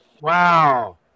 Wow